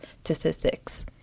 statistics